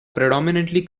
predominantly